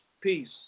peace